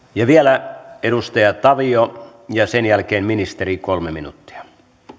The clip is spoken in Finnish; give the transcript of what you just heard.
vielä edustaja tavio ja sen jälkeen ministeri kolme minuuttia